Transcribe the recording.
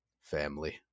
family